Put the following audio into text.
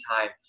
time